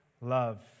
love